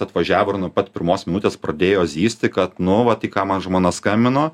atvažiavo ir nuo pat pirmos minutės pradėjo zyzti kad nu va tik ką man žmona skambino